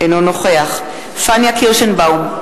אינו נוכח פניה קירשנבאום,